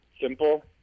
simple